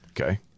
Okay